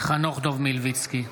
חנוך דב מלביצקי,